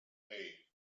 hey